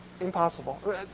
impossible